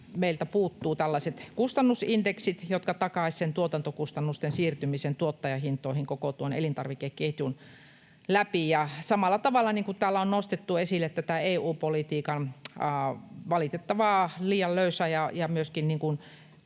meiltä puuttuvat tällaiset kustannusindeksit, jotka takaisivat tuotantokustannusten siirtymisen tuottajahintoihin koko tuon elintarvikeketjun läpi. Samalla tavalla täällä on nostettu esille tätä EU-politiikan valitettavaa liian löysää ja myöskin